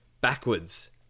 backwards